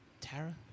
Tara